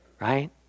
right